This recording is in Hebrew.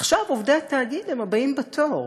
עכשיו עובדי התאגיד הם הבאים בתור.